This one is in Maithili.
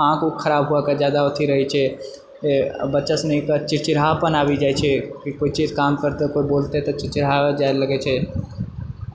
आँख उँख खराप हुअकऽ जादा अथी रहैत छै बच्चा सुनिकऽ चिड़चिड़ापन आबि जाइत छै कोइ चीज काम करतै कोइ बोलतै तऽ चिड़चिड़ा जाय लगैत छै